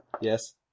Yes